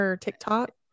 TikTok